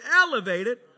elevated